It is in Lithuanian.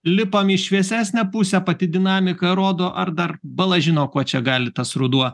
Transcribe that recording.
lipame į šviesesnę pusę pati dinamika rodo ar dar bala žino kuo čia gali tas ruduo